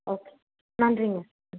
okay நன்றிங்க ம்